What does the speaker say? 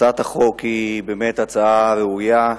הצעת החוק היא באמת הצעה ראויה.